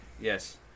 Yes